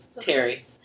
Terry